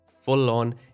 full-on